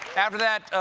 after that,